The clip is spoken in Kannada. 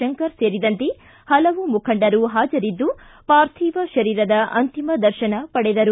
ಶಂಕರ್ ಸೇರಿದಂತೆ ಪಲವು ಮುಖಂಡರು ಪಾಜರಿದ್ದು ಪಾರ್ಥಿವ ಶರೀರದ ಅಂತಿಮ ದರ್ಶನ ಪಡೆದರು